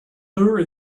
lure